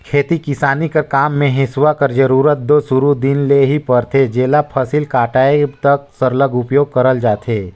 खेती किसानी कर काम मे हेसुवा कर जरूरत दो सुरू दिन ले ही परथे जेला फसिल कटाए तक सरलग उपियोग करल जाथे